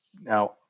Now